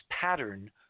pattern